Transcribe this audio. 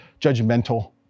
judgmental